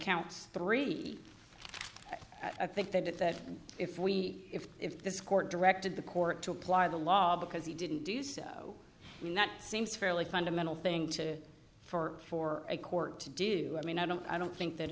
counts three i think that it that if we if if this court directed the court to apply the law because he didn't do so and that seems fairly fundamental thing to for for a court to do i mean i don't i don't think that